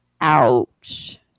ouch